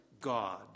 God